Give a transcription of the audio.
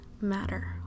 matter